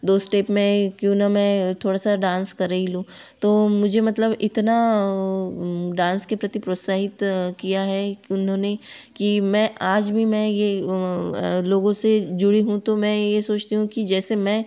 दो स्टेप मैं क्यों ना मैं थोड़ा डांस कर ही लूँ तो मुझे मतलब इतना डांस के प्रति प्रोत्साहित किया है कि उन्होंने कि मैं आज भी मैं ये लोगों से जुड़ी हूँ तो मैं ये सोंचती हूँ कि जैसे मैं